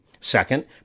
Second